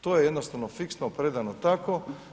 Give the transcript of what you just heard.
To je jednostavno fiksno predano tako.